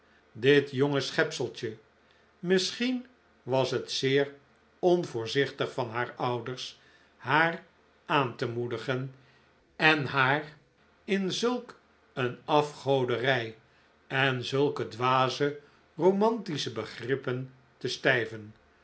dit jonge schepseltje misschien was het zeer onvoorzichtig van haar ouders haar aan te moedigen en haar in zulk een afgoderij en zulke dwaze romantische begrippen te stijven